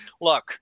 look